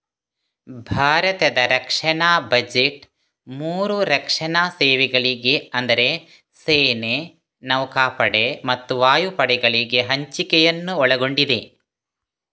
ಭಾರತದ ರಕ್ಷಣಾ ಬಜೆಟ್ ಮೂರು ರಕ್ಷಣಾ ಸೇವೆಗಳಿಗೆ ಅಂದರೆ ಸೇನೆ, ನೌಕಾಪಡೆ ಮತ್ತು ವಾಯುಪಡೆಗಳಿಗೆ ಹಂಚಿಕೆಯನ್ನು ಒಳಗೊಂಡಿದೆ